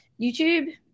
YouTube